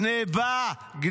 גנבה.